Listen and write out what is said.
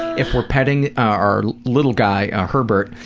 if we're petting our little guy, herbert,